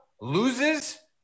loses